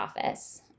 office